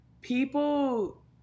people